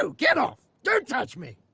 so get off! don't touch me!